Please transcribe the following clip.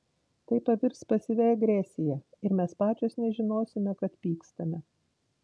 tai pavirs pasyvia agresija ir mes pačios nežinosime kad pykstame